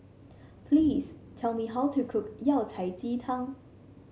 please tell me how to cook Yao Cai Ji Tang